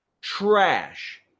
Trash